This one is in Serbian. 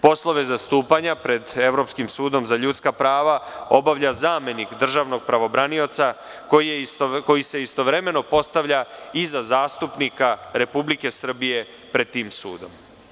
Poslove zastupanja pred Evropskim sudom za ljudska prava obavlja zamenik državnog pravobranioca koji se istovremeno postavlja i za zastupnika Republike Srbije pred tim sudom.